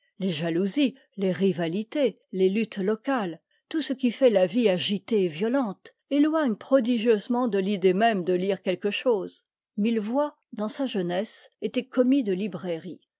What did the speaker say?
les jalousies les rivalités les luttes locales tout ce qui fait la vie agitée et violente éloigne prodigieusement de l'idée même de lire quelque chose millevoye dans sa jeunesse était commis de librairie